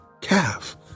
calf